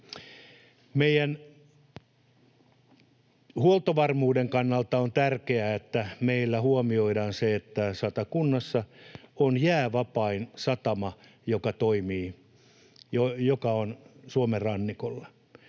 Meidän huoltovarmuuden kannalta on tärkeää, että meillä huomioidaan se, että Satakunnassa on Suomen rannikon